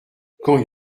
quand